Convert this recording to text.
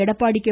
Edappadi K